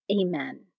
Amen